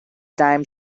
time